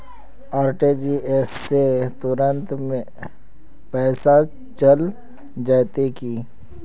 RTGS से तुरंत में पैसा चल जयते की?